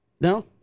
No